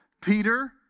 Peter